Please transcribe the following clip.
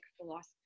philosophy